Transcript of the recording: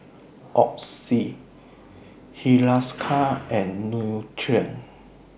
Oxy Hiruscar and Nutren